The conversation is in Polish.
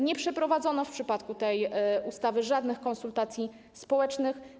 Nie przeprowadzono w przypadku tej ustawy żadnych konsultacji społecznych.